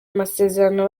amasezerano